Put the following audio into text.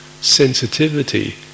sensitivity